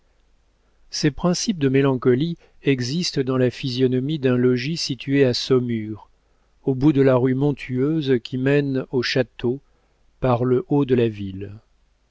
ces principes de mélancolie existent dans la physionomie d'un logis situé à saumur au bout de la rue montueuse qui mène au château par le haut de la ville